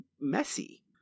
messy